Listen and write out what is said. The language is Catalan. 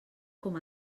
com